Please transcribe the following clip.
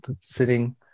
sitting